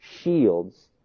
shields